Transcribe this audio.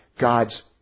God's